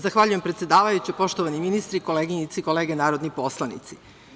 Zahvaljujem, predsedavajuća, poštovani ministri, koleginice i kolege narodni poslanici.